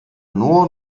nur